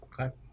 Okay